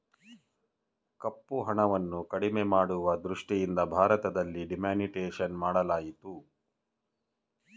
ಕಪ್ಪುಹಣವನ್ನು ಕಡಿಮೆ ಮಾಡುವ ದೃಷ್ಟಿಯಿಂದ ಭಾರತದಲ್ಲಿ ಡಿಮಾನಿಟೈಸೇಷನ್ ಮಾಡಲಾಯಿತು